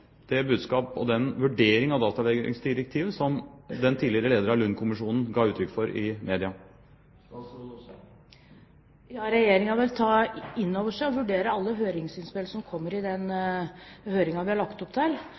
det budskapet og den vurderingen av datalagringsdirektivet som den tidligere leder av Lund-kommisjonen ga uttrykk for i media. Regjeringen vil ta inn over seg og vurdere alle innspill som kommer i den høringen vi har lagt opp til.